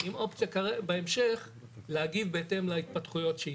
עם אופציה בהמשך להגיב בהתאם להתפתחויות שיהיו.